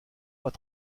pas